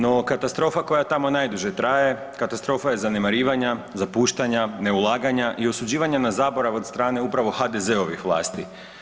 No, katastrofa koja tamo najduže traje, katastrofa je zanemarivanja, zapuštanja, neulaganja i osuđivanja na zaborav od strane upravo HDZ-ovih vlasti.